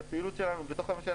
זאת פעילות שלנו בתוך הממשלה.